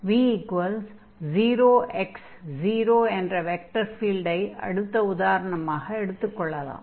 v0x0 என்ற vector ஃபீல்டை அடுத்த உதாரணமாக எடுத்துக் கொள்ளலாம்